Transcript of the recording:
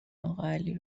اقاعلی